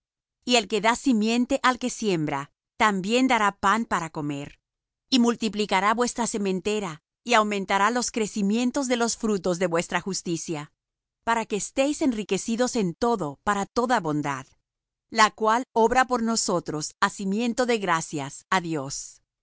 y el que da simiente al que siembra también dará pan para comer y multiplicará vuestra sementera y aumentará los crecimientos de los frutos de vuestra justicia para que estéis enriquecidos en todo para toda bondad la cual obra por nosotros hacimiento de gracias á dios